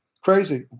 Crazy